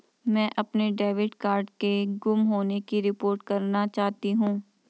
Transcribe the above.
मैं अपने debit card के गुम होने की रिपोर्ट करना चाहती हूँ